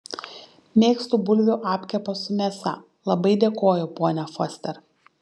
mėgstu bulvių apkepą su mėsa labai dėkoju ponia foster